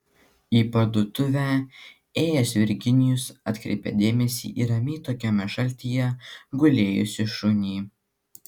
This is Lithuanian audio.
į parduotuvę ėjęs virginijus atkreipė dėmesį į ramiai tokiame šaltyje gulėjusį šunį